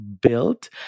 built